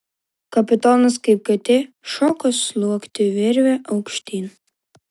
kapitonas kaip katė šoko sliuogti virve aukštyn